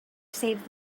saved